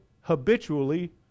habitually